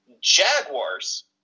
Jaguars